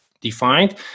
defined